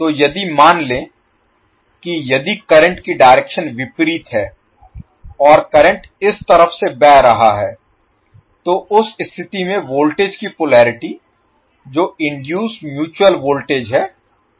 तो यदि मान लें कि यदि करंट की डायरेक्शन विपरीत है और करंट इस तरफ से बह रहा है तो उस स्थिति में वोल्टेज की पोलरिटी जो इनडुइस म्यूचुअल वोल्टेज है ऐसी होगी